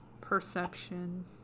perception